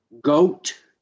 goat